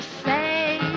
say